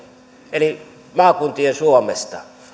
eli maakuntien suomesta